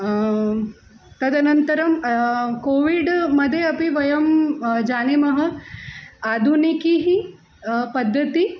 तदनन्तरं कोविड् मध्ये अपि वयं जानीमः आधुनिकी पद्धतिः